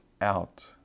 out